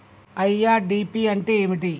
IRDP అంటే ఏమిటి?